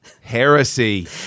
Heresy